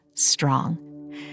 strong